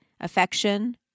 affection